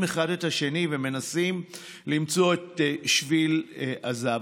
אחד את השני ומנסים למצוא את שביל הזהב.